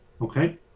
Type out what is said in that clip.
okay